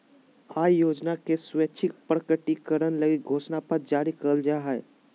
आय योजना के स्वैच्छिक प्रकटीकरण लगी घोषणा पत्र जारी करल जा हइ